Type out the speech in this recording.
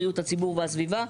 בריאות הציבור והסביבה",